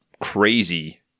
crazy